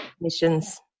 missions